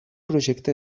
projecte